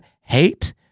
hate